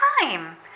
time